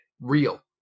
real